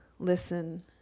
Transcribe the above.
Listen